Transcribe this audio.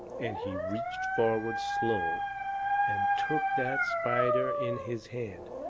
and he reached forward slow and took that spider in his hand,